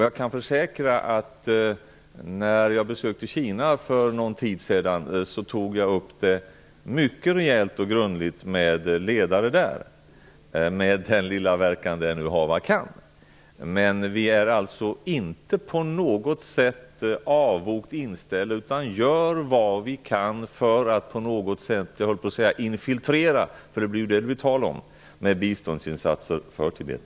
Jag kan försäkra att när jag besökte Kina för någon tid sedan tog jag upp saken mycket rejält och grundligt med ledare där, med den lilla verkan det nu hava kan. Vi är inte på något sätt avogt inställda, utan gör vad vi kan för att på något sätt, jag höll på att säga infiltrera -- för det är vad det gäller -- med biståndsinsatser för Tibet.